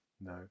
No